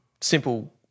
simple